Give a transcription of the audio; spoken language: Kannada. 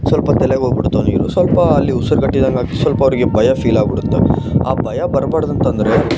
ಸ್ವಲ್ಪ ತಲೆಗೆ ಹೋಗ್ಬಿಡುತ್ತವೆ ನೀರು ಸ್ವಲ್ಪ ಅಲ್ಲಿ ಉಸುರಿಗಟ್ಟಿದಂತಾಗಿ ಸ್ವಲ್ಪ ಅವರಿಗೆ ಭಯ ಫೀಲ್ ಆಗ್ಬಿಡುತ್ತೆ ಆ ಭಯ ಬರ್ಬಾರ್ದು ಅಂತ ಅಂದ್ರೆ